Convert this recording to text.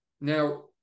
now